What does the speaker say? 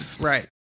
Right